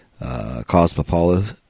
Cosmopolis